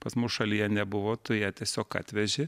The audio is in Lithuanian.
pas mus šalyje nebuvo tu ją tiesiog atveži